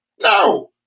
No